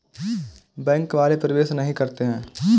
Bank वाले प्रवेश नहीं करते हैं?